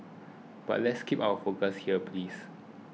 but let's keep our focus here please